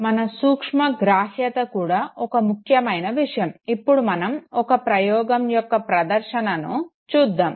మన సూక్ష్మగ్రాహ్యత కూడా ఒక ముఖ్యమైన విషయం ఇప్పుడు మనం ఒక ప్రయోగం యొక్క ప్రదర్శను చూద్దాము